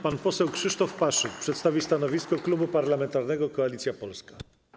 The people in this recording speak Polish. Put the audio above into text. Pan poseł Krzysztof Paszyk przedstawi stanowisko Klubu Parlamentarnego Koalicja Polska.